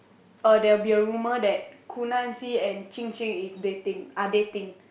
uh there will be a rumour that Gu Nan Xi and Qing Qing is dating are dating